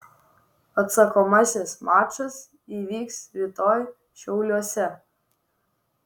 atsakomasis mačas įvyks rytoj šiauliuose